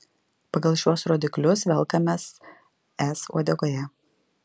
pagal šiuos rodiklius velkamės es uodegoje